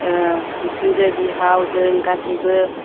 ओ बिखुनजो बिहाव जों गासैबो